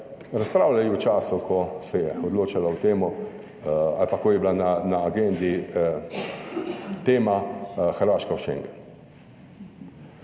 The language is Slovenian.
razpravljali v času, ko se je odločalo o tem ali pa, ko je bila na agendi tema Hrvaška v Schengen.